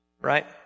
right